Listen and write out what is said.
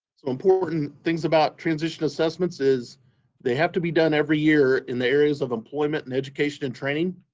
so important things about transition assessments is they have to be done every year in the areas of employment and education and training.